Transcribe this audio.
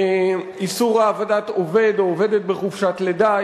איסור העבדת עובד או עובדת בחופשת לידה,